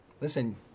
Listen